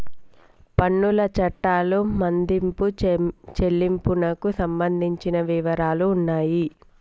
పన్నుల చట్టాలు మదింపు చెల్లింపునకు సంబంధించిన వివరాలు ఉన్నాయి